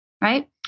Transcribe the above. Right